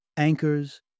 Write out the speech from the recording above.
Anchors